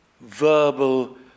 verbal